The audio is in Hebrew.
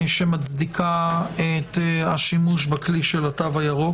שמצדיקה את השימוש בכלי של התו הירוק.